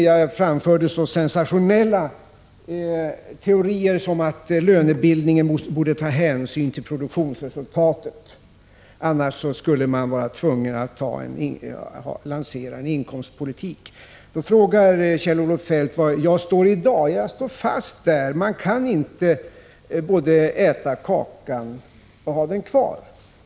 Jag framförde så sensationella teorier som att arbetsmarknadens parter vid lönebildningen borde ta hänsyn till produktionsresultatet — annars skulle politikerna vara tvungna att lansera en inkomstpolitik. Kjell-Olof Feldt frågar var jag står i dag. Mitt svar blir att jag står fast vid vad jag har sagt: man kan inte både äta kakan och ha den kvar.